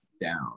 down